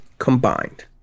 combined